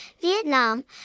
Vietnam